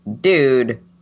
Dude